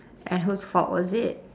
and whose fault was it